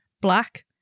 black